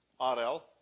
RL